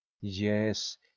Yes